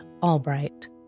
Albright